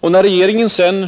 Och när regeringen sedan